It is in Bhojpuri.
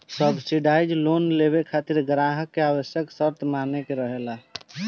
सब्सिडाइज लोन लेबे खातिर ग्राहक के आवश्यक शर्त के माने के रहेला